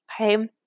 Okay